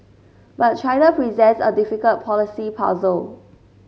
but China presents a difficult policy puzzle